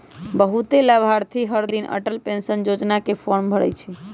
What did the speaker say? बहुते लाभार्थी हरदिन अटल पेंशन योजना के फॉर्म भरई छई